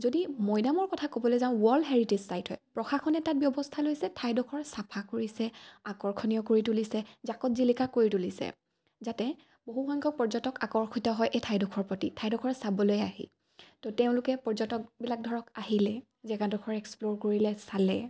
যদি মৈদামৰ কথা ক'বলৈ যাওঁ ৱৰ্ল্ড হেৰিটেজ চাইট হয় প্ৰশাসনে তাত ব্যৱস্থা লৈছে ঠাইডোখৰ চাফা কৰিছে আকৰ্ষণীয় কৰি তুলিছে জাকত জিলিকা কৰি তুলিছে যাতে বহুসংখ্যক পৰ্যটক আকৰ্ষিত হয় এই ঠাইডোখৰ প্ৰতি ঠাইডোখৰ চাবলৈ আহি তো তেওঁলোকে পৰ্যটকবিলাক ধৰক আহিলে জেগাডোখৰ এক্সপ্ল'ৰ কৰিলে চালে